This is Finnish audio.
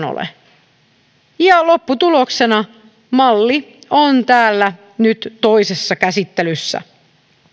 ole ja lopputuloksena malli on täällä nyt toisessa käsittelyssä